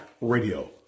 Radio